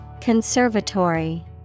Conservatory